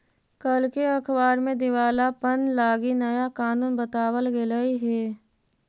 कल के अखबार में दिवालापन लागी नया कानून बताबल गेलई हे